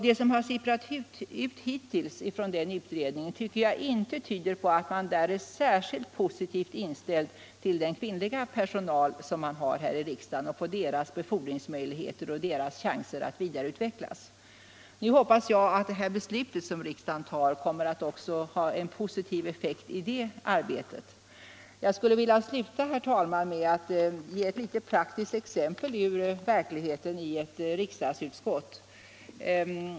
Det som sipprat ut hittills från den utredningen tycker jag inte tyder på att man är särskilt positivt inställd till den kvinnliga personalen här i riks dagen, dess befordringsmöjligheter och dess chanser att vidareutvecklas. Nu hoppas jag att det beslut riksdagen fattar också kommer att ha en positiv effekt på det arbetet. Jag skulle vilja ta ett litet praktiskt exempel ur verkligheten i ett riksdagsutskott.